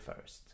First